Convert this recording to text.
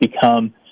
become